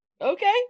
okay